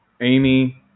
Amy